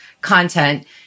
content